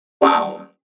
Wow